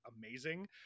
amazing